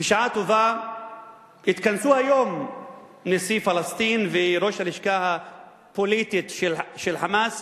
בשעה טובה התכנסו היום נשיא פלסטין וראש הלשכה הפוליטית של ה"חמאס",